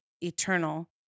eternal